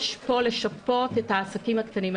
יש פה לשפות את העסקים הקטנים.